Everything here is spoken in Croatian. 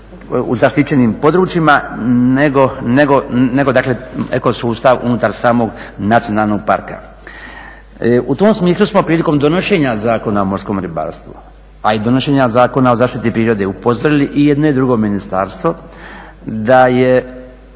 u zaštićenim područjima nego eko sustav unutar samog nacionalnog parka. U tom smislu smo prilikom donošenja Zakona o morskom ribarstvu, a i donošenja Zakona o zaštiti prirode upozorili i jedno i drugo ministarstvo da je